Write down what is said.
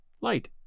light